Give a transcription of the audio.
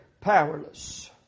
powerless